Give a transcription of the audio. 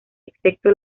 excepto